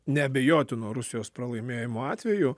neabejotino rusijos pralaimėjimo atveju